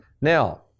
Now